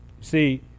See